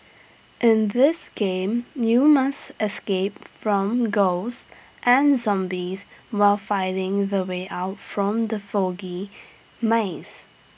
in this game you must escape from ghosts and zombies while finding the way out from the foggy maze